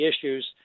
issues